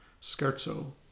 scherzo